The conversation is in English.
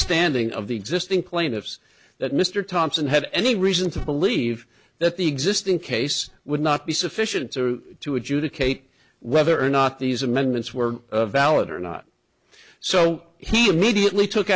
standing of the existing plaintiffs that mr thompson had any reason to believe that the existing case would not be sufficient to adjudicate whether or not these amendments were valid or not so he immediately took